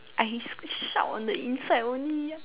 I sc~ shout on the inside only